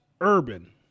Urban